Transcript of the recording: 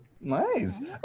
Nice